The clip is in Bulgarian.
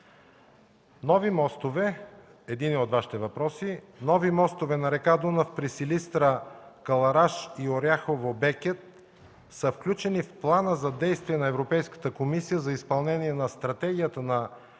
нови мостове на река Дунав при Силистра–Кълъраш и Оряхово–Бекет, са включени в Плана за действие на Европейската комисия за изпълнение на Стратегията на